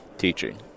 Teaching